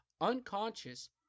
unconscious